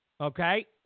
okay